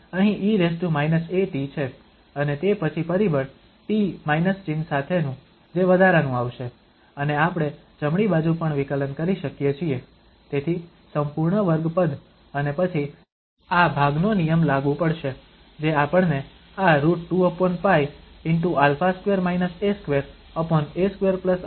તેથી અહીં e−at છે અને તે પછી પરિબળ t માઇનસ ચિહ્ન સાથેનું જે વધારાનું આવશે અને આપણે જમણી બાજુ પણ વિકલન કરી શકીએ છીએ તેથી સંપૂર્ણ વર્ગ પદ અને પછી આ ભાગનો નિયમ લાગુ પડશે જે આપણને આ √2π✕α2 a2a2α2 આપી શકે છે